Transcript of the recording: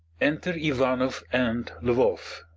enter ivanoff and lvoff.